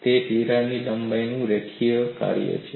તે તિરાડ લંબાઈનું રેખીય કાર્ય છે